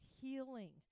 healing